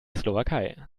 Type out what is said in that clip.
slowakei